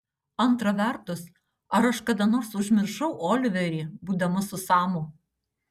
antra vertus ar aš kada nors užmiršau oliverį būdama su samu